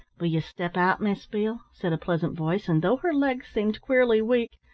will you step out, miss beale, said a pleasant voice, and though her legs seemed queerly weak,